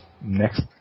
next